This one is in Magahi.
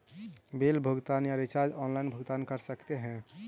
बिल भुगतान या रिचार्ज आनलाइन भुगतान कर सकते हैं?